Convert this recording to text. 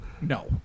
no